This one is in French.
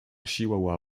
chihuahua